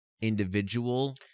individual